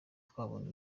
twabonye